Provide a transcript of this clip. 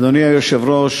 אדוני היושב-ראש,